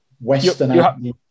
western